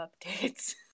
updates